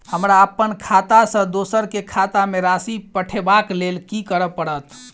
हमरा अप्पन खाता सँ दोसर केँ खाता मे राशि पठेवाक लेल की करऽ पड़त?